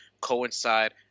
coincide